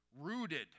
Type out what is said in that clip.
rooted